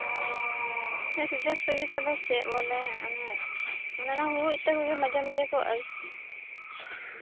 ᱥᱩᱡᱳᱜ ᱥᱩᱵᱤᱫᱷᱟ ᱫᱚ ᱪᱮᱫ ᱵᱚᱞᱮ ᱚᱱᱮ ᱚᱱᱟ ᱦᱩᱲᱩ ᱤᱛᱟᱹ ᱠᱚᱜᱮ ᱢᱟᱡᱷᱮ ᱢᱟᱡᱷᱮ ᱠᱚ